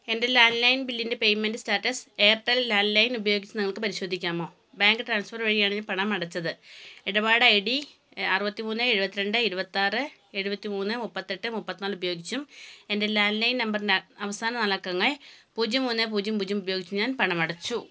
എൻ്റെ landline ബില്ലിൻ്റെ payment status Airtel landline ഉപയോഗിച്ച് നിങ്ങൾക്ക് പരിശോധിക്കാമോ ബാങ്ക് ട്രാൻസ്ഫർ വഴിയാണ് ഞാൻ പണം അടച്ചത് ഇടപാട് ഐ ഡി അറുപത്തിമൂന്ന് എഴുപത്തി രണ്ട് ഇരുപത്താറ് എഴുപത്തി മൂന്ന് മുപ്പത്തെട്ട് മുപ്പത്തിനാല് ഉപയോഗിച്ചും എൻ്റെ ലാൻഡ് ലൈൻ നമ്പറിന്റെ അവസാന നാലക്കങ്ങൾ പൂജ്യം മൂന്ന് പൂജ്യം പൂജ്യം ഉപയോഗിച്ചും ഞാൻ പണമടച്ചു